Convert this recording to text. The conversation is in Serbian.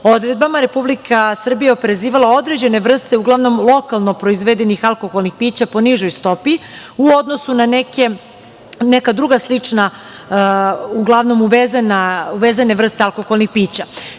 odredbama, Republika Srbija je oporezivala određene vrste, uglavnom lokalno proizvedenih alkoholnih pića, po nižoj stopi, u odnosu na neka druga slična, uglavnom uvezene vrste alkoholnih pića.